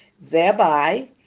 thereby